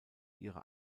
ihre